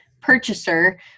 purchaser